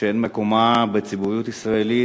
שאין מקומה בציבוריות הישראלית,